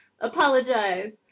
Apologize